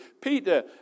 Peter